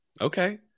Okay